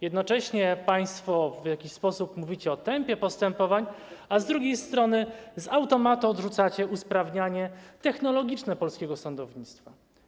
Jednocześnie państwo w jakiś sposób mówicie o tempie postępowań, a z drugiej strony z automatu odrzucacie usprawnianie technologiczne polskiego sądownictwa.